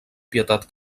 pietat